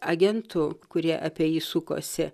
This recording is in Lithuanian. agentų kurie apie jį sukosi